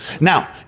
Now